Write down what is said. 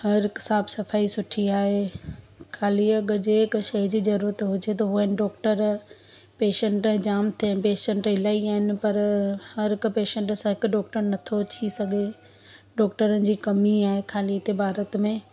हर हिक साफ़ु सफ़ाई सुठी आहे खाली अॻु जे हिक शइ जी ज़रूरत हुजे त उहो आहिनि डॉक्टर पेशंट जाम आहिनि हुते पेशंट इलाही आहिनि पर हर हिक पेशंट सां हिकु डॉक्टर नथो थी सघे डॉक्टरनि जी कमी आहे खाली हिते भारत में